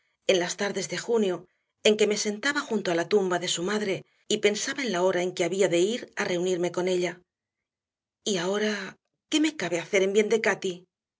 en las tardes de junio en que me sentaba junto a la tumba de su madre y pensaba en la hora en que había de ir a reunirme con ella y ahora qué me cabe hacer en bien de cati